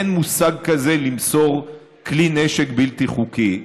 שאין מושג כזה "למסור" כלי נשק בלתי חוקי,